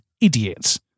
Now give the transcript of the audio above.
Idiots